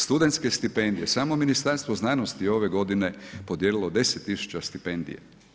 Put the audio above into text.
Studentske stipendije, samo Ministarstvo znanosti je ove godine podijelilo 10 tisuća stipendija.